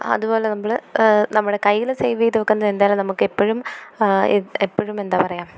അതുപോലെ നമ്മള് നമ്മളെ കയ്യിന്ന് സെവെയ്ത് വയ്ക്കുന്ന എന്തായാലും നമുക്കെപ്പോഴും എപ്പോഴും എന്താ പറയുക